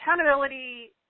Accountability